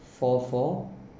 four four